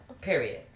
period